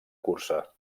cursa